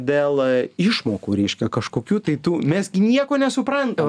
dėl išmokų reiškia kažkokių tai tų mes gi nieko nesuprantam